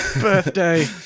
birthday